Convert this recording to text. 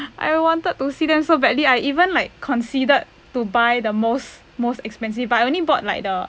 I wanted to see them so badly I even like considered to buy the most most expensive I only bought like the